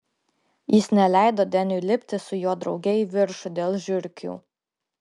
jis neleido deniui lipti su juo drauge į viršų dėl žiurkių